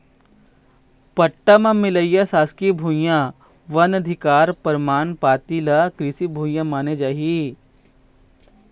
पट्टा म मिलइया सासकीय भुइयां, वन अधिकार परमान पाती ल कृषि भूइया माने जाही